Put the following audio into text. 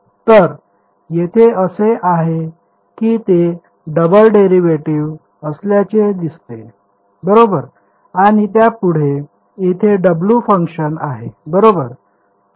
तर तेथे असे आहे की ते डबल डेरिव्हेटिव्ह असल्याचे दिसते बरोबर आणि त्यापुढे तेथे W फंक्शन आहे बरोबर